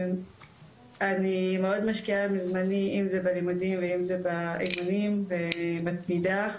אני מאוד משקיעה מזמני אם זה בלימודים ואם זה באימונים ומתמידה,